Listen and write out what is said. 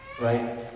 Right